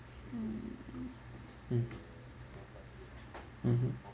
mm mmhmm